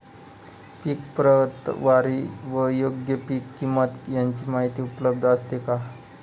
पीक प्रतवारी व योग्य पीक किंमत यांची माहिती उपलब्ध असते का?